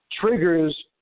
triggers